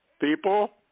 people